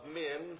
men